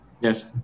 Yes